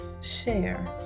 share